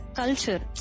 culture